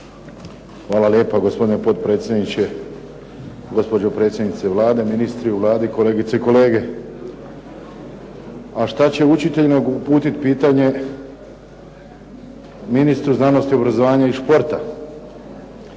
Hvala lijepa gospodine potpredsjedniče. Gospođo predsjednice Vlade, ministri u Vladi, kolegice i kolege. A šta će učitelj, nego uputiti pitanje ministru znanosti, obrazovanja i športa.